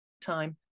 time